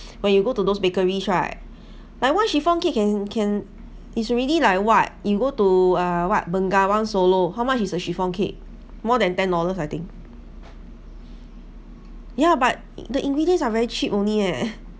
when you go to those bakeries right but why chiffon cake can can it's already like what you go to uh what bengawan solo how much is a chiffon cake more than ten dollars I think yeah but the ingredients are very cheap only leh